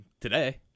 today